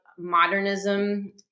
Modernism